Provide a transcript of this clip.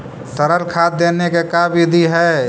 तरल खाद देने के का बिधि है?